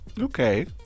Okay